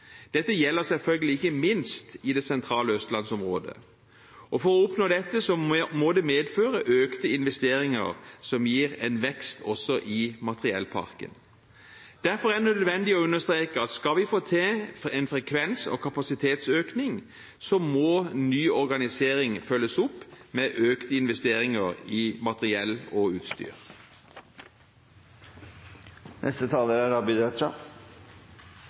Dette gjelder selvfølgelig ikke minst i det sentrale østlandsområdet. For å oppnå dette må det være økte investeringer som også gir en vekst i materiellparken. Derfor er det nødvendig å understreke at skal vi få til en frekvens- og kapasitetsøkning, må ny organisering følges opp med økte investeringer i materiell og utstyr. Aller først vil jeg takke saksordføreren og komiteen for god omsorg for Venstres forslag, og det er